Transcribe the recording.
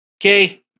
Okay